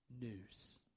news